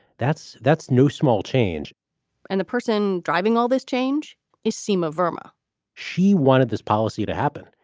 that's that's no small change and the person driving all this change is seyma, vermont she wanted this policy to happen.